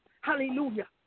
Hallelujah